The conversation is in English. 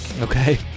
Okay